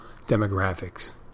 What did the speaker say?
demographics